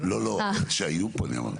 לא, לא, שהיו פה אני אמרתי.